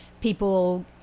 people